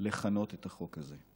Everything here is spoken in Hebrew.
לכנות את החוק הזה,